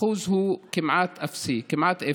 האחוז הוא כמעט אפסי, כמעט אפס.